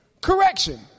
Correction